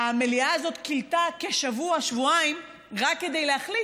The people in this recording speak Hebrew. המליאה הזאת כילתה שבוע-שבועיים רק כדי להחליט